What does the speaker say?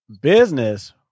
business